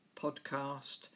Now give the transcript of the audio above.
podcast